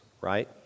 right